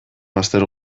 bazter